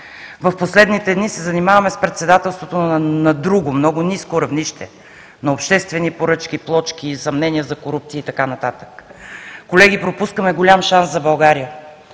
В последните дни се занимаваме с председателството на друго, много ниско равнище – на обществени поръчки, плочки, съмнения за корупция и така нататък. Колеги, пропускаме голям шанс за България.